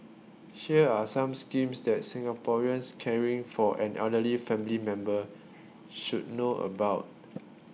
here are some schemes that Singaporeans caring for an elderly family member should know about